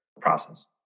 process